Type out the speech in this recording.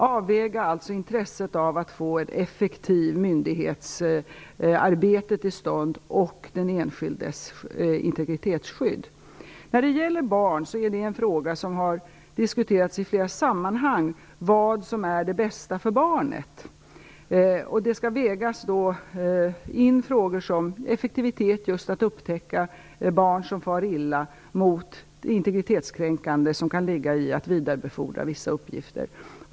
Man måste alltså göra en avvägning mellan ett effektivt myndighetsarbete och den enskildes integritetsskydd. Man har i flera olika sammanhang diskuterat vad som är det bästa för barnet. Man skall då väga in frågor som rör effektivitet just att upptäcka barn som far illa mot det integritetskränkande som kan ligga i att vidarebefordra vissa uppgifter.